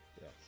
Yes